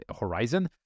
horizon